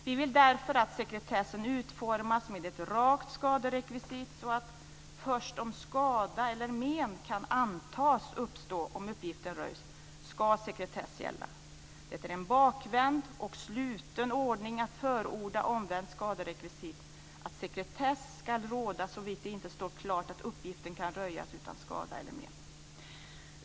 Vi vill därför att sekretessen ska utformas med ett rakt skaderekvisit så att först om skada eller men kan antas uppstå om uppgiften röjs ska sekretess gälla. Det är en bakvänd och sluten ordning att förorda omvänt skaderekvisit, att sekretess ska råda såvitt det inte står klart att uppgiften kan röjas utan skada eller men.